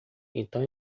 então